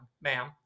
ma'am